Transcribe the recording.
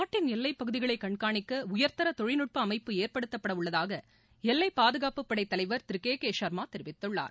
நாட்டின் எல்லைப் பகுதிகளை கண்கானிக்க உயர்தர தொழில்நுட்ப அமைப்பு ஏற்படுத்தப்பட உள்ளதாக எல்லை பாதுகாப்புப்படை தலைவர் திரு கே கே ஷர்மா தெரிவித்துள்ளார்